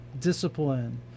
discipline